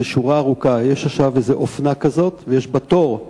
יש שורה ארוכה: יש עכשיו איזו אופנה כזאת ויש בה תור.